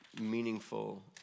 meaningful